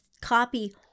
copy